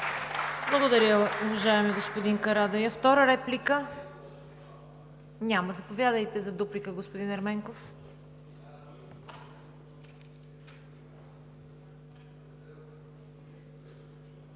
Благодаря, уважаеми господин Карадайъ. Втора реплика? Няма. Заповядайте за дуплика, господин Ерменков.